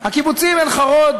הקיבוצים עין-חרוד,